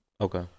Okay